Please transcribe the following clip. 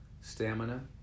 stamina